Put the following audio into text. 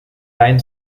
dein